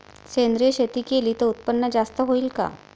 सेंद्रिय शेती केली त उत्पन्न जास्त होईन का?